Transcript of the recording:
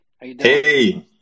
Hey